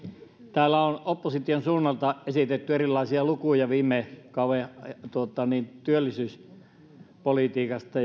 täällä on opposition suunnalta esitetty erilaisia lukuja viime kauden työllisyyspolitiikasta